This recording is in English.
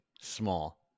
small